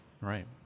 right